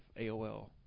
AOL